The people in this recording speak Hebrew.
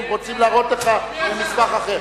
הם רצו להראות לכם ממסמך אחר.